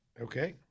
Okay